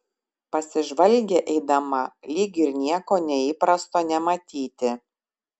pasižvalgė eidama lyg ir nieko neįprasto nematyti